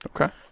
Okay